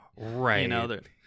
Right